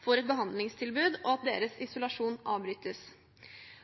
får et behandlingstilbud, og at deres isolasjon avbrytes.